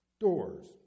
doors